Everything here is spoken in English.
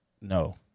No